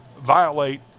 violate